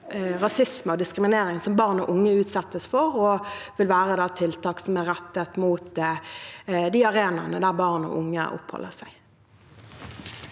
rasisme og diskriminering som barn og unge utsettes for, og det vil være tiltak som er rettet mot de arenaene som barn og unge oppholder seg